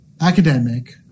academic